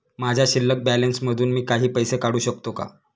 माझ्या शिल्लक बॅलन्स मधून मी काही पैसे काढू शकतो का?